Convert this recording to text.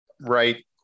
right